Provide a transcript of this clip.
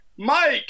Mike